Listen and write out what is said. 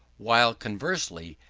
while conversely,